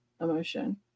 emotion